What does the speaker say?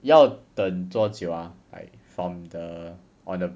要等多久 ah like from the on a